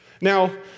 Now